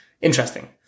interesting